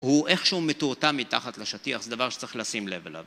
הוא איכשהו מטואטא מתחת לשטיח, זה דבר שצריך לשים לב עליו.